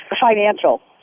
financial